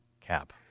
cap